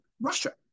Russia